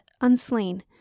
unslain